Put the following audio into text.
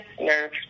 nerve